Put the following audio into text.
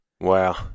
Wow